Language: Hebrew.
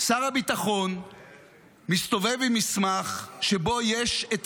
שר הביטחון מסתובב עם מסמך שבו יש את